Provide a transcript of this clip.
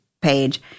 page